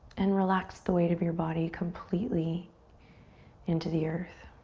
and relax the weight of your body completely into the earth.